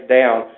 down